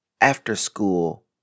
after-school